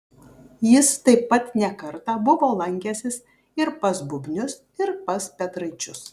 jis taip pat ne kartą buvo lankęsis ir pas bubnius ir pas petraičius